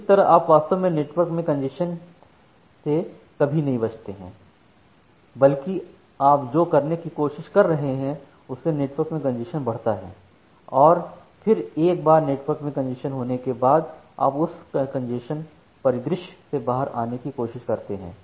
तो इस तरह आप वास्तव में नेटवर्क में कंजेशन से कभी नहीं बचते हैं बल्कि आप जो करने की कोशिश कर रहे हैं उससे नेटवर्क में कंजेशन बढ़ता है और फिर एक बार नेटवर्क में कंजेशन होने के बाद आप उस कंजेशन परिदृश्य से बाहर आने की कोशिश करते हैं